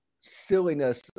silliness